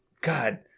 god –